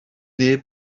neb